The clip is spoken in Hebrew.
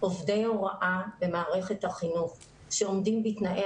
שעובדי הוראה במערכת החינוך שעומדים בתנאי